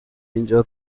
اینجا